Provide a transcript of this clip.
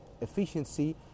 efficiency